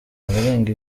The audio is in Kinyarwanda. abarenga